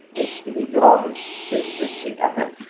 basically we do all these businesses together.